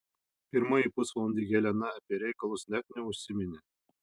pirmąjį pusvalandį helena apie reikalus net neužsiminė